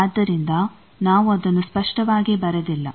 ಆದ್ದರಿಂದ ನಾವು ಅದನ್ನು ಸ್ಪಷ್ಟವಾಗಿ ಬರೆದಿಲ್ಲ